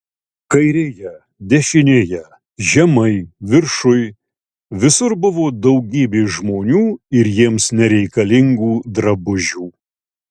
kairėje dešinėje žemai viršuj visur buvo daugybė žmonių ir jiems nereikalingų drabužių